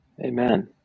Amen